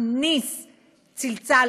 מכניס צלצל,